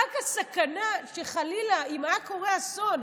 רק הסכנה שחלילה אם היה קורה אסון,